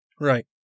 Right